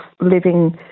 living